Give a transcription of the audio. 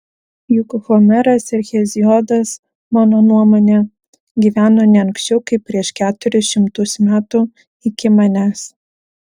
juk homeras ir heziodas mano nuomone gyveno ne anksčiau kaip prieš keturis šimtus metų iki manęs